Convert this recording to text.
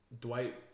Dwight